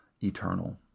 eternal